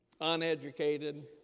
uneducated